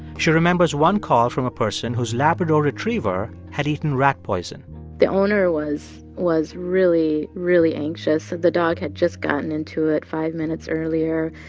she remembers one call from a person whose labrador retriever had eaten rat poison the owner was was really, really anxious, said the dog had just gotten into it five minutes earlier.